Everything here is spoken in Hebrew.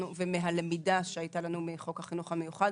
ומהלמידה שהיתה לנו מחוק החינוך המיוחד